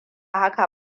haka